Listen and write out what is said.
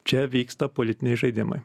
čia vyksta politiniai žaidimai